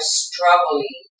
struggling